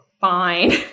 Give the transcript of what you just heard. fine